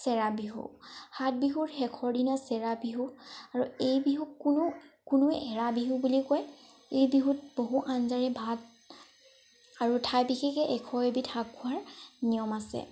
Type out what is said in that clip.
চেৰা বিহু সাতবিহুৰ শেষৰ দিনা চেৰা বিহু আৰু এই বিহুক কোনো কোনোৱে এৰা বিহু বুলিও কয় এই বিহুত বহু আঞ্জাৰে ভাত আৰু ঠাই বিশেষে এশ এবিধ শাক খোৱাৰ নিয়ম আছে